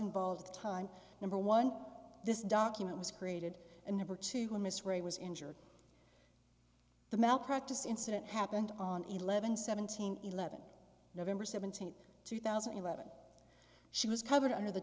involved the time number one this document was created and number two miss ray was injured the malpractise incident happened on eleven seventeen eleven nov seventeenth two thousand and eleven she was covered under the